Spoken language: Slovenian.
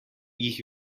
jih